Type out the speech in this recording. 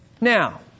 Now